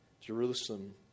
Jerusalem